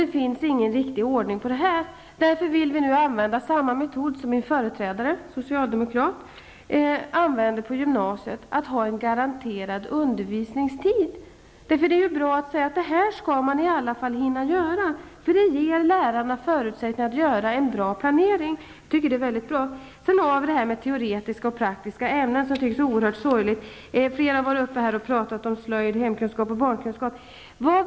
Det jag ingen riktig ordning. Därför vill jag nu använda samma metod som min socialdemokratiske företrädare gjorde på gymnasiet, dvs att ha en garanterad undervisningstid. Det är bra att säga att man i alla fall skall hinna med vissa avsnitt. Det ger lärarna förutsättningar att göra en bra planering. Det tycker jag är mycket bra. Diskussionen om teoretiska och praktiska ämnen är oerhört sorglig. Flera talare har pratat om slöjd, hemkunskap och barnkunskap.